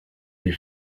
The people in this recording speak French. des